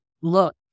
look